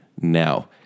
now